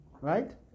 Right